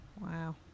wow